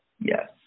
Yes